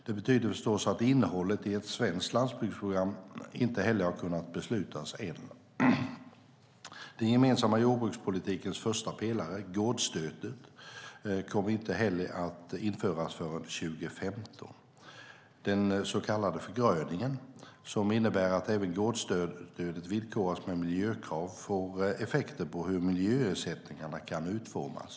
Det betyder förstås att innehållet i ett svenskt landsbygdsprogram inte heller har kunnat beslutas än. Den gemensamma jordbrukspolitikens första pelare, gårdsstödet, kommer inte heller att införas förrän 2015. Den så kallade förgröningen, som innebär att även gårdsstödet villkoras med miljökrav, får effekter på hur miljöersättningarna kan utformas.